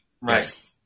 Right